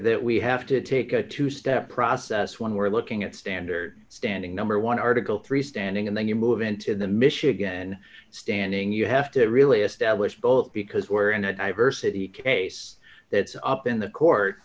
that we have to take a two step process when we're looking at standard standing number one article three standing and then you move into the michigan standing you have to really establish both because we're in a diversity case that is up in the court